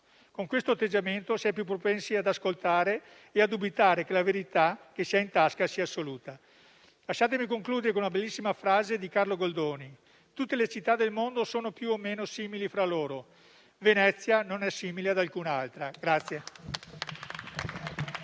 Con questo atteggiamento si è più propensi ad ascoltare e a dubitare che la verità che si ha in tasca sia assoluta. Lasciatemi concludere con una bellissima frase di Carlo Goldoni: «Tutte le città del mondo sono più o meno simili fra loro: Venezia non è simile ad alcun'altra».